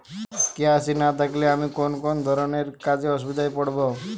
KYC না থাকলে আমি কোন কোন ধরনের কাজে অসুবিধায় পড়ব?